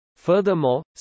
Furthermore